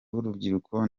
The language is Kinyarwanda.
w’urubyiruko